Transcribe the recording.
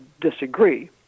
disagree